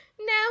no